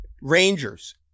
Rangers